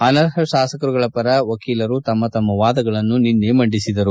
ಅನರ್ಪ ಶಾಸಕರೂಗಳ ಪರ ವಕೀಲರು ತಮ್ಮ ತಮ್ಮ ವಾದಗಳನ್ನು ನಿನ್ನೆ ಮಂಡಿಸಿದ್ದರು